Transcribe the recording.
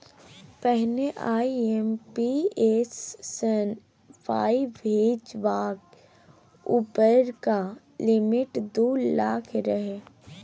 पहिने आइ.एम.पी.एस सँ पाइ भेजबाक उपरका लिमिट दु लाख रहय